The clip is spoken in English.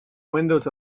windows